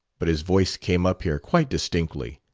but his voice came up here quite distinctly.